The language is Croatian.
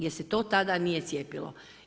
Jer se to tada nije cijepilo.